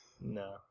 No